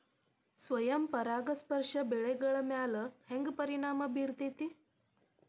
ಸ್ವಯಂ ಪರಾಗಸ್ಪರ್ಶ ಬೆಳೆಗಳ ಮ್ಯಾಲ ಹ್ಯಾಂಗ ಪರಿಣಾಮ ಬಿರ್ತೈತ್ರಿ?